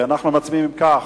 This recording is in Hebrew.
אנחנו, אם כך,